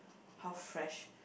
how fresh